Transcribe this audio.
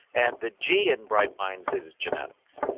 and the g in bright minds is genetics.